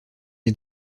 est